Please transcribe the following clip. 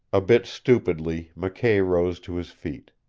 a bit stupidly mckay rose to his feet.